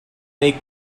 make